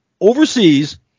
overseas